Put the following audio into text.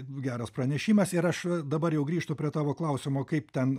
geras pranešimas ir aš dabar jau grįžtu prie tavo klausimo kaip ten